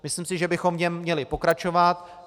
Myslím si, že bychom v něm měli pokračovat.